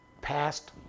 passed